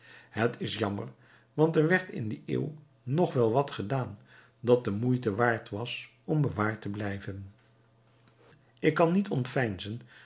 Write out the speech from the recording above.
het is jammer want er werd in die eeuw nog wel wat gedaan dat de moeite waard was om bewaard te blijven ik kan niet ontveinzen